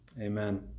amen